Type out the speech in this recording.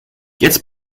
jetzt